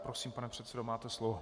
Prosím, pane předsedo, máte slovo.